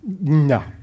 No